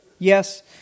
Yes